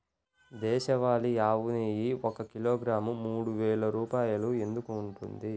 దేశవాళీ ఆవు నెయ్యి ఒక కిలోగ్రాము మూడు వేలు రూపాయలు ఎందుకు ఉంటుంది?